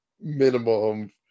minimum